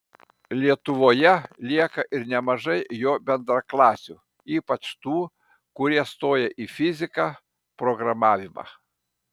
lietuvoje lieka ir nemažai jo bendraklasių ypač tų kurie stoja į fiziką programavimą